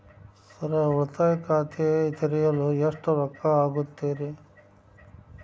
Sir ಉಳಿತಾಯ ಖಾತೆ ತೆರೆಯಲು ಎಷ್ಟು ರೊಕ್ಕಾ ಆಗುತ್ತೇರಿ?